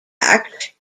act